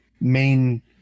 main